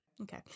okay